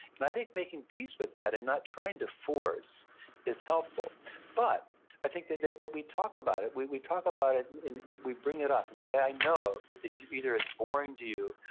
and i think making peace with that and not trying to force is helpful but i think that that we talk about it. we we talk about it and and we we bring it up and say, i know that that either either it's boring to you,